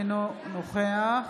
אינו נוכח